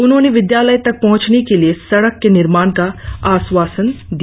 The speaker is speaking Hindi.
उन्होंने विद्यालय तक पहुंचने के लिए सड़क के निर्माण का आश्वासन दिया